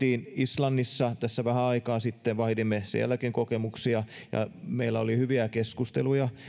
islannissa tässä vähän aikaa sitten ja vaihdoimme sielläkin kokemuksia ja meillä oli hyviä keskusteluja